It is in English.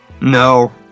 No